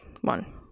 one